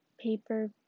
paper